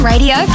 Radio